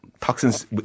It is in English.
toxins